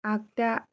आग्दा